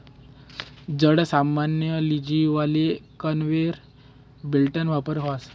जड सामान लीजावाले कन्वेयर बेल्टना वापर व्हस